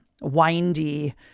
windy